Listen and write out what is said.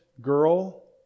girl